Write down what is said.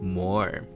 more